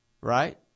Right